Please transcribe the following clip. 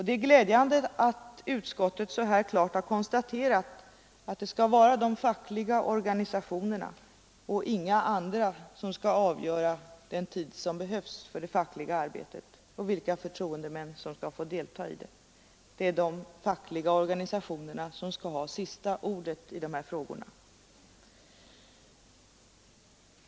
Det är glädjande att utskottet så klart har uttryckt att det skall vara de fackliga organisationerna och inga andra som skall avgöra den tid som behövs för det fackliga arbetet och vilka förtroendemän som skall få delta. Det är de fackliga organisationerna som skall ha sista ordet i de här frågorna.